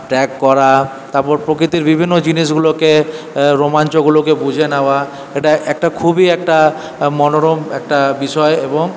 trek করা তারপর প্রকৃতির বিভিন্ন জিনিসগুলোকে রোমাঞ্চগুলোকে বুঝে নেওয়া এটা একটা খুবই একটা মনোরম একটা বিষয় এবং